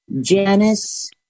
Janice